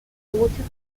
muchos